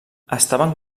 estaven